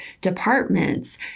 departments